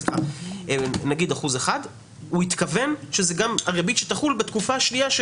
הוא התכוון שזאת גם הריבית שתחול בתקופה שנייה,